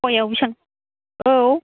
पवायाव बेसेबां औ